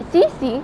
C_C